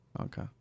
Okay